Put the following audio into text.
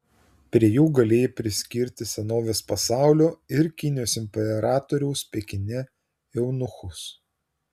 prie jų galėjai priskirti senovės pasaulio ir kinijos imperatoriaus pekine eunuchus